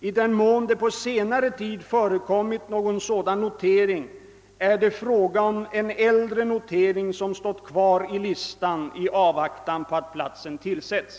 I den mån det på senare tid förekommit någon sådan notering är det fråga om en äldre notering som stått kvar i listan i avvaktan på att platsen tillsätts.